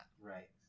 Right